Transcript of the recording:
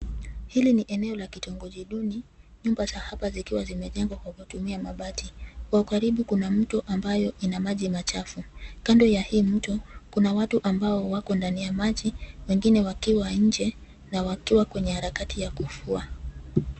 Hili ni eneo la kitongoji duni, nyumba za hapa zikiwa zimejengwa kwa kutumia mabati. Kwa ukaribu kuna mto ambayo ina maji machafu. Kando ya hii mto kuna watu ambao wako ndani ya maji, wengine wakiwa nje na wakiwa kwenye harakati ya kufua.